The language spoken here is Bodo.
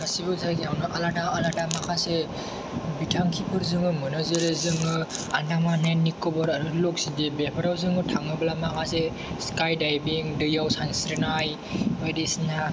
गासैबो जायगायावनो आलादा आलादा माखासे बिथांखिफोर जोङो मोनो जेरै जोङो आन्दामान एन निकबार आरो लक्ष'दिप बेफोराव जोङो थाङोब्ला माखासे स्काय दाइभिं दैयाव सानस्रिनाय बायदिसिना